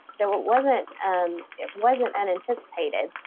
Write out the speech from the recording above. so it wasn't um it wasn't unanticipated.